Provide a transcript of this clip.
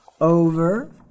over